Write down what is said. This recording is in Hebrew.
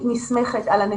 להיות"